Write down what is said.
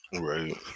Right